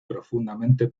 profundamente